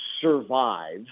survive